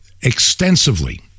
extensively